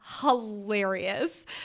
hilarious